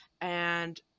and-